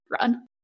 run